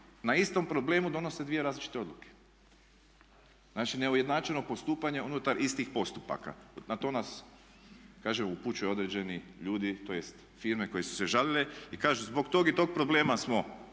na istom problemu donose dvije različite odluke. Znači, neujednačeno postupanje unutar istih postupaka. Na to nas kažem upućuju određeni ljudi tj. firme koje su se žalile i kažu zbog tog i tog problema smo